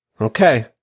Okay